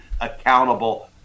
accountable